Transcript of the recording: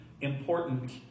important